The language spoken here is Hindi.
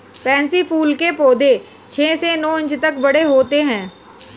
पैन्सी फूल के पौधे छह से नौ इंच तक बड़े होते हैं